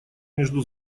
между